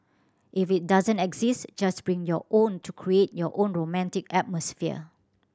if it doesn't exist just bring your own to create your own romantic atmosphere